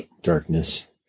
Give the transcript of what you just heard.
darkness